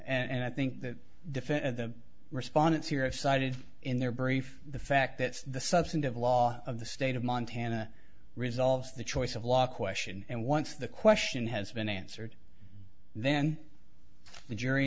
and i think that defend the respondents here i've cited in their brief the fact that the substantive law of the state of montana resolves the choice of law question and once the question has been answered then the jury